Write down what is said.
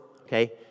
Okay